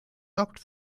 sorgt